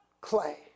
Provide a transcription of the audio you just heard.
clay